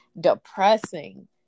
depressing